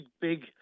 big